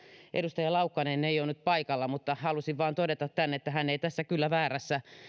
edustaja laukkanen ei ole nyt paikalla mutta halusin vain todeta tämän että hän ei tässä kyllä väärässä mitä